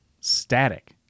static